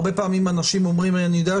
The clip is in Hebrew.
הרבה פעמים אנשים אומרים שהם יודעים